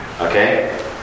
Okay